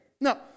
No